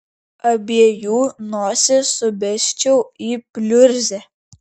abiejų nosis subesčiau į pliurzę